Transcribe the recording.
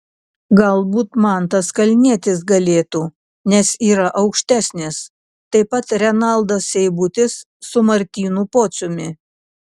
galbūt mantas kalnietis galėtų nes yra aukštesnis taip pat renaldas seibutis su martynu pociumi